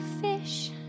fish